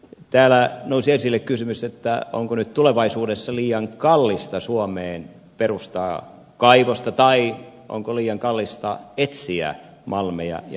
täällä nousi esille kysymys onko tulevaisuudessa liian kallista suomeen perustaa kaivosta tai onko liian kallista etsiä malmeja ja mineraaleja